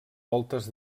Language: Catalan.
voltes